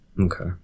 Okay